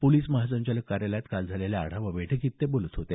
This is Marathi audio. पोलिस महासंचालक कार्यालयात काल झालेल्या आढावा बैठकीत ते बोलत होते